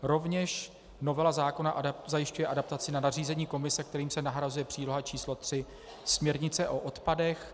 Rovněž novela zákona zajišťuje adaptaci na nařízení Komise, kterým se nahrazuje příloha č. 3 směrnice o odpadech.